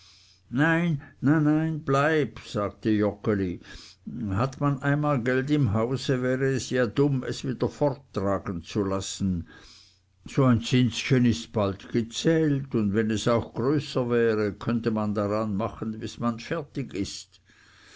nein nein bleib bleib sagte joggeli hat man einmal geld im hause wäre es ja dumm es wie der forttragen zu lassen so ein zinschen ist bald gezählt und wenn es auch größer wäre könnte man daran machen bis man fertig ist